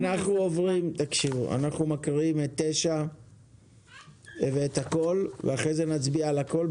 אנחנו מקריאים את סעיף 9 ואת כל הסעיפים שנשארו ואחר כך נצביע על הכול.